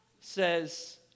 says